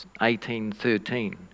1813